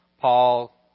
Paul